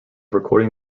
recording